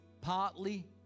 partly